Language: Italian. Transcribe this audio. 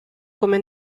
come